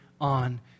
on